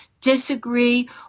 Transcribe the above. disagree